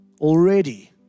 already